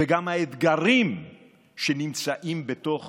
וגם על האתגרים שנמצאים בתוך